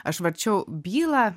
aš varčiau bylą